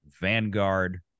Vanguard